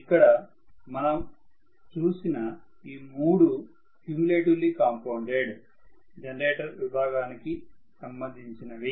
ఇక్కడ మనం చూసిన ఈ మూడు క్యుములేటివ్లీ కాంపౌండెడ్ జనరేటర్ విభాగానికి సంబంధించినవి